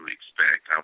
expect